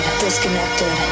disconnected